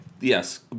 yes